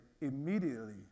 immediately